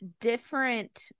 different